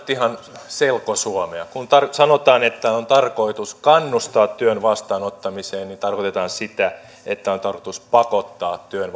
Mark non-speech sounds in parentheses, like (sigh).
ihan selkosuomea kun sanotaan että on tarkoitus kannustaa työn vastaanottamiseen niin tarkoitetaan sitä että on tarkoitus pakottaa työn (unintelligible)